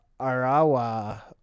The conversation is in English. Arawa